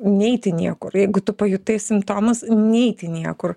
neiti niekur jeigu tu pajutai simptomus neiti niekur